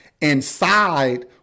inside